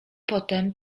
potem